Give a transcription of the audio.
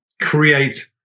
create